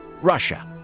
Russia